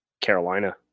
Carolina